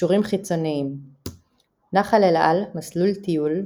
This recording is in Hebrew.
הקרוי "מתחם ברדוויל".